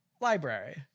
library